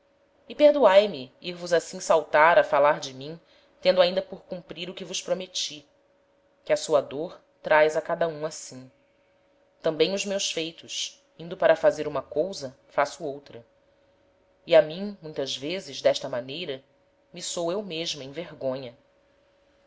e perdoae me ir vos assim saltar a falar de mim tendo ainda por cumprir o que vos prometi que a sua dôr traz a cada um assim tambem os meus feitos indo para fazer uma cousa faço outra e a mim muitas vezes d'esta maneira me sou eu mesma